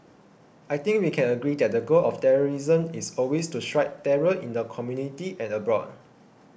I think we can agree that the goal of terrorism is always to strike terror in the community and abroad